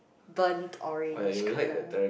burnt orange color